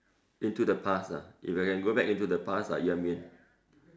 into the past ah if I can go into the past ah ya mean